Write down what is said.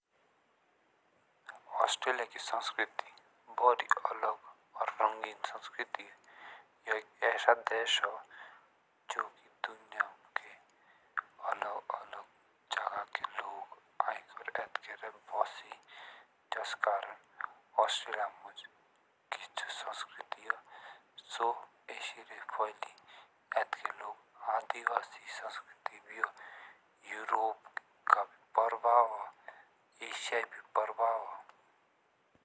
ऑस्ट्रेलिया की संस्कृति भारी अलग और रंगीन संस्कृति यह एक ऐसा देश है जो की दुनिया की अलग अलग जगह के लोग आकर आके रो बसे। जस कारण ऑस्ट्रेलिया में संस्कृति ऐसे रूप फैलि आके लोग आधि यूरोप का प्रभाव।